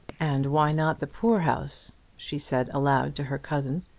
and why not the poor-house? she said, aloud to her cousin,